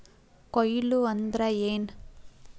ಕೊಯ್ಲು ಅಂದ್ರ ಏನ್?